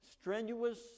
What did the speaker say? Strenuous